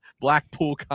blackpool